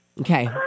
Okay